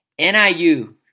NIU